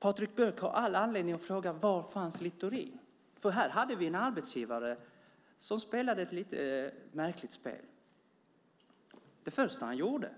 Patrik Björck har all anledning att fråga var Littorin fanns, för här hade vi en arbetsgivare som spelade ett lite märkligt spel. Det första han gjorde